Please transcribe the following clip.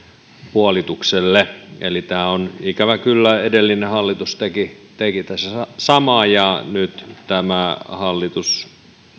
puolitukselle eli ikävä kyllä edellinen hallitus teki teki samaa ja nyt tämä hallitus